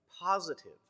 positive